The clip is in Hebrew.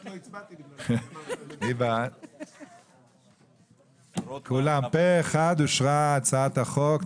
הצבעה אושר פה אחד אושרה הצעת החוק.